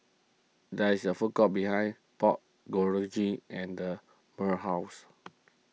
there is a food court behind Pork Bulgogi and the Myrl's house